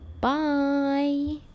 Bye